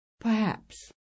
perhaps